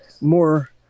more